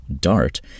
DART